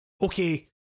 okay